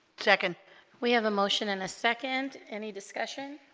second we have a motion in a second any discussion